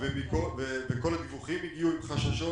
וכל הדיווחים הגיעו עם חששות.